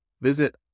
Visit